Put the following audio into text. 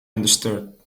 understood